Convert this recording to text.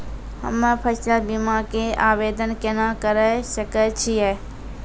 हम्मे फसल बीमा के आवदेन केना करे सकय छियै?